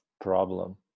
problem